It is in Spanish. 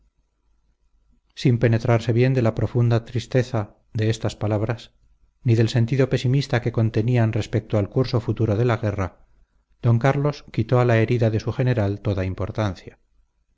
sin penetrarse bien de la profunda tristeza de estas palabras ni del sentido pesimista que contenían respecto al curso futuro de la guerra d carlos quitó a la herida de su general toda importancia